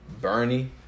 Bernie